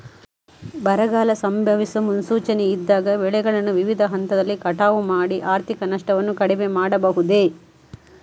ಬರಗಾಲ ಸಂಭವಿಸುವ ಮುನ್ಸೂಚನೆ ಇದ್ದಾಗ ಬೆಳೆಗಳನ್ನು ವಿವಿಧ ಹಂತದಲ್ಲಿ ಕಟಾವು ಮಾಡಿ ಆರ್ಥಿಕ ನಷ್ಟವನ್ನು ಕಡಿಮೆ ಮಾಡಬಹುದೇ?